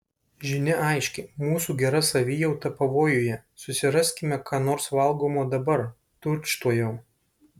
žinia aiški mūsų gera savijauta pavojuje susiraskime ką nors valgomo dabar tučtuojau